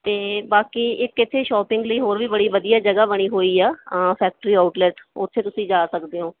ਅਤੇ ਬਾਕੀ ਇੱਕ ਇੱਥੇ ਸ਼ੋਪਿੰਗ ਲਈ ਹੋਰ ਵੀ ਬੜੀ ਵਧੀਆ ਜਗ੍ਹਾ ਬਣੀ ਹੋਈ ਆ ਅਂ ਫੈਕਟਰੀ ਆਊਟਲੈਟ ਉੱਥੇ ਤੁਸੀਂ ਜਾ ਸਕਦੇ ਹੋ